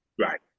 Right